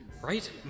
Right